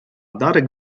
darek